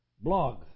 blog